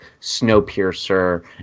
Snowpiercer